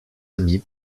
amis